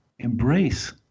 embrace